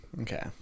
okay